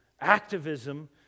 activism